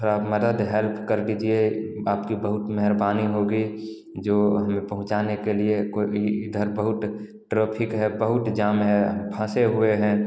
थोड़ा मदद हेल्प कर दीजिए बाकी बहुत मेहरबानी होगी जो हमें पहुँचाने के लिए कोई भी इधर बहुत ट्राफिक है बहुत जाम है हम फंसे हुए हैं